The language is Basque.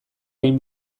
egin